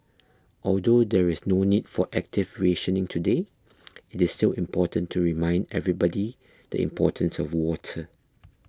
although there is no need for active rationing today it is still important to remind everybody the importance of water